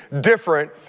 different